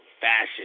fashion